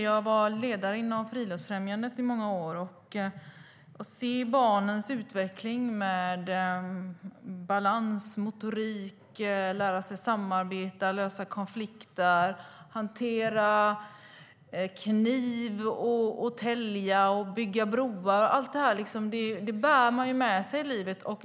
Jag var ledare inom Friluftsfrämjandet under många år och såg barnens utveckling när det gäller balans, motorik, att lära sig samarbeta, lösa konflikter, hantera kniv, tälja, bygga broar. Det bär man med sig i livet.